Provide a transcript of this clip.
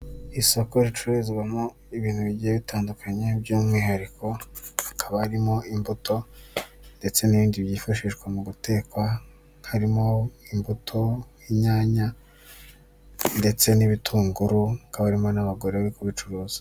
Isoko ricururizwamo ibintu bigiye bitandukanye by'umwihariko hakabarimo imbuto ndetse n'ibindi byifashishwa mu gutekwa harimo imbuto, inyanya ndetse n'ibitunguru hakaba harimo abagore bari kubicuruza.